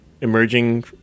emerging